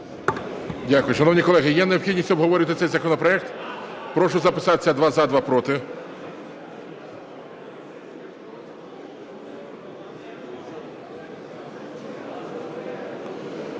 Дякую. Шановні колеги, є необхідність обговорювати цей законопроект? Прошу записатись: два – за, два – проти.